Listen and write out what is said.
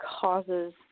causes